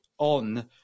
on